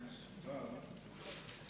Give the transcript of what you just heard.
אני מסיר את מבטי,